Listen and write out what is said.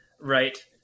right